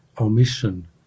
omission